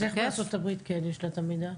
אז איך בארצות הברית כן יש להם המידע?